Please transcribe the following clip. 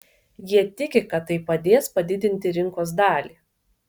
jie tiki kad tai padės padidinti rinkos dalį